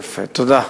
יפה, תודה.